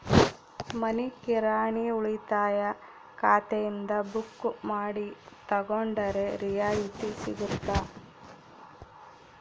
ಮನಿ ಕಿರಾಣಿ ಉಳಿತಾಯ ಖಾತೆಯಿಂದ ಬುಕ್ಕು ಮಾಡಿ ತಗೊಂಡರೆ ರಿಯಾಯಿತಿ ಸಿಗುತ್ತಾ?